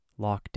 lockdown